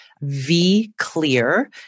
V-Clear